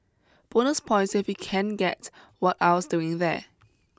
Bonus points if you can guess what I was doing there